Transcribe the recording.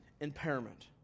impairment